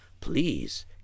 please